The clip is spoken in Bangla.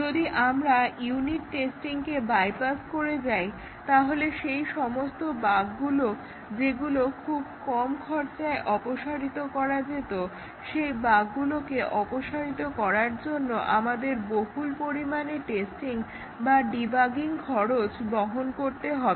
যদি আমরা ইউনিট টেস্টিংকে বাইপাস করে যাই তাহলে সেই সমস্ত বাগগুলো যেগুলোকে খুব কম খরচায় অপসারিত করা যেত সেই বাগগুলিকে অপসারিত করার জন্য আমাদেরকে বহুল পরিমাণে টেস্টিং বা ডিবাগিং খরচ বহন করতে হবে